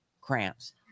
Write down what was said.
cramps